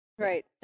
Right